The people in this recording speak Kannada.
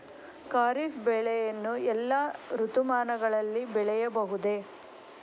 ಖಾರಿಫ್ ಬೆಳೆಯನ್ನು ಎಲ್ಲಾ ಋತುಮಾನಗಳಲ್ಲಿ ಬೆಳೆಯಬಹುದೇ?